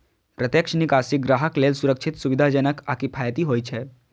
प्रत्यक्ष निकासी ग्राहक लेल सुरक्षित, सुविधाजनक आ किफायती होइ छै